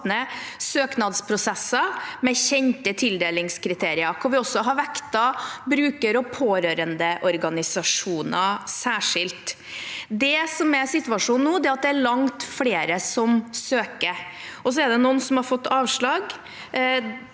søknadsprosesser med kjente tildelingskriterier, hvor vi også har vektet bruker- og pårørendeorganisasjoner særskilt. Situasjonen nå er at det er langt flere som søker. Det er noen som har fått avslag.